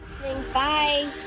Bye